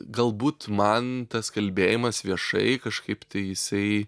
galbūt man tas kalbėjimas viešai kažkaip tai jisai